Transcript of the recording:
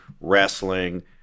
wrestling